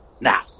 Now